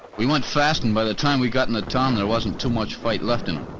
we went fast and by the time we got in the town there wasn't too much fight left in em.